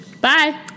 Bye